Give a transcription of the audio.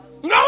No